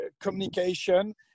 communication